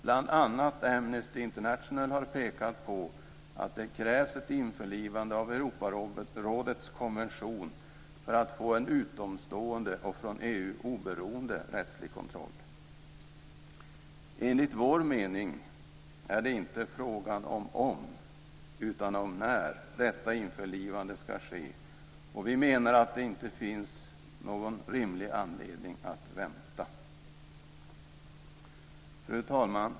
Bl.a. Amnesty International har pekat på att det krävs ett införlivande av Europarådets konvention för att få en utomstående och från EU oberoende rättslig kontroll. Enligt vår mening är det inte fråga om om, utan om när detta införlivande skall ske, och vi menar att det inte finns någon rimlig anledning att vänta. Fru talman!